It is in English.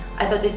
i think